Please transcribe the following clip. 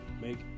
make